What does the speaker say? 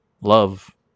love